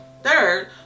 Third